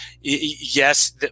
yes